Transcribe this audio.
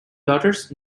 daughters